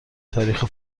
تاریخ